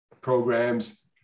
programs